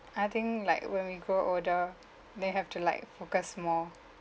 I think like when we grow older then you have to like focus more